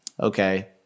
okay